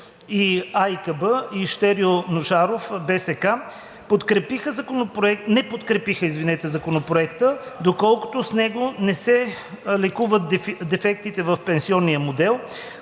АИКБ, и Щерьо Ножаров, БСК, не подкрепиха Законопроекта, доколкото с него не се лекуват дефектите в пенсионния модел.